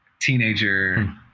teenager